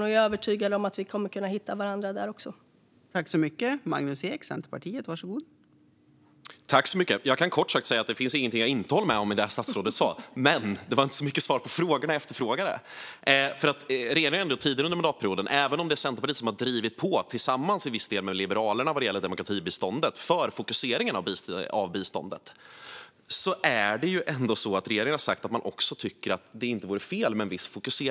Jag är övertygad om att vi kommer att kunna hitta varandra också där.